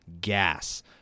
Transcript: gas